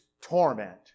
torment